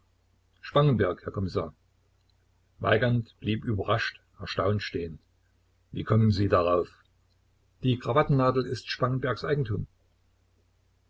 spangenberg herr kommissar weigand blieb überrascht erstaunt stehen wie kommen sie darauf die krawattennadel ist spangenbergs eigentum